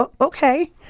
okay